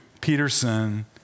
Peterson